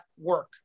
work